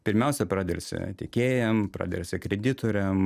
pirmiausia pradelsia tiekėjam pradelsia kreditoriam